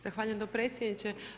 Zahvaljujem potpredsjedniče.